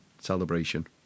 celebration